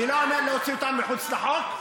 אני לא אומר להוציא אותם מחוץ לחוק,